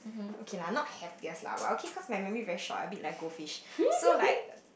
okay lah not happiest lah but okay my memory very short a bit like goldfish so like